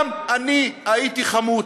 גם אני הייתי חמוץ.